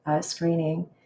screening